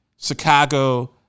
Chicago